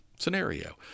scenario